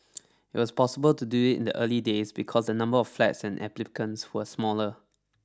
it was possible to do it in the early days because the number of flats and applicants were smaller